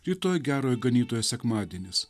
rytoj gerojo ganytojo sekmadienis